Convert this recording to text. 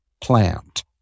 plant